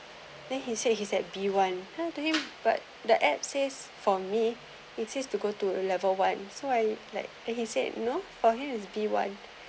then he say he's at b one hand to him but the app says for me it is to go to uh level one so I like and he said no for he is b one